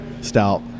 stout